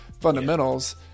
fundamentals